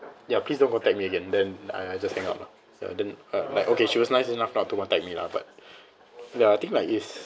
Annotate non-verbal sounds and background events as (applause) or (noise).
ya please don't contact me again then I I just hang up lah ya then uh like okay she was nice enough not to contact me lah but (breath) ya I think like is